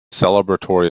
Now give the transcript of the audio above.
celebratory